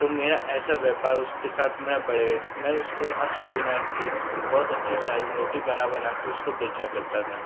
तो मेरा ऐसा व्यापार उसके साथ मेरा बढ़े मैं उसको अष्टविनायक की बहुत अच्छी सारी मूर्ति बना बनाकर उसको बेचा करता था